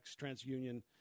TransUnion